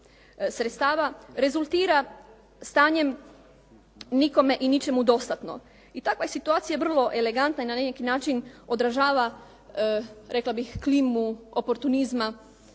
sredstava rezultira stanjem nikome i ničemu dostatno. I takva je situacija vrlo elegantna i na neki način odražava rekla bih klimu oportunizma